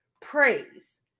praise